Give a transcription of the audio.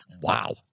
Wow